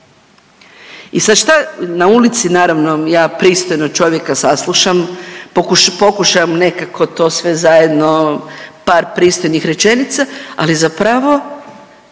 I sad šta, na ulici naravno ja pristojno čovjeka saslušam, pokušam to sve zajedno par pristojnih rečenica, ali zapravo